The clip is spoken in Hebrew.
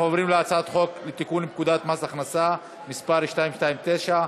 אנחנו עוברים להצעת חוק לתיקון פקודת מס הכנסה (מס' 229)